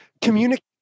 communicate